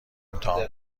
امتحان